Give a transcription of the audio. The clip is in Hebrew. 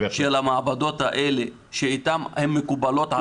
של המעבדות האלה שהן מקובלות עליכם?